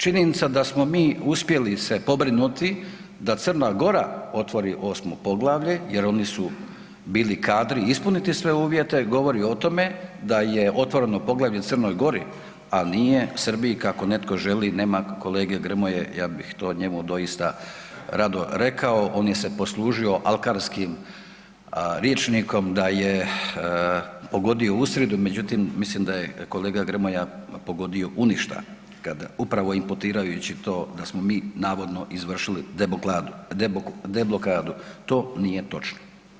Činjenica da smo mi uspjeli se pobrinuti da Crna Gora otvori 8. poglavlje jer oni su bili kadri ispuniti sve uvjete govori o tome da je otvoreno poglavlje u Crnoj Gori, a nije Srbiji kako netko želi, nema kolege Grmoje, ja bih to njemu doista rado rekao, on je se poslužio alkarskim rječnikom da pogodio u sridu, međutim mislim da je kolega Grmoja pogodio u ništa, kad upravo imputirajući to da smo mi navodno izvršili deblokadu, to nije točno.